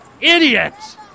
idiots